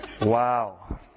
Wow